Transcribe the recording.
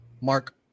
Mark